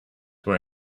were